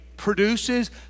produces